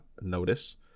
notice